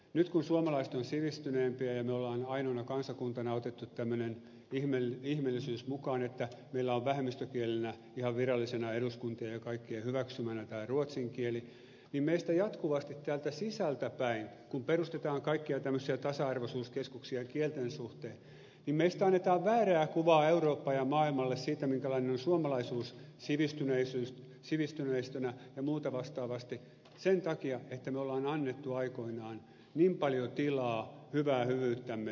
nyt kun suomalaiset ovat sivistyneempiä ja me olemme ainoana kansakuntana ottaneet tämmöisen ihmeellisyyden mukaan että meillä on vähemmistökielenä ihan virallisena eduskuntien ja kaikkien hyväksymänä tämä ruotsin kieli meistä jatkuvasti täältä sisältäpäin kun perustetaan kaikkia tämmöisiä tasa arvoisuuskeskuksia kielten suhteen annetaan väärää kuvaa eurooppaan ja maailmalle siitä minkälainen on suomalaisuus sivistyneistönä ja muuta vastaavasti sen takia että me olemme antaneet aikoinaan niin paljon tilaa hyvää hyvyyttämme